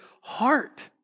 heart